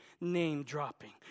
name-dropping